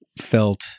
felt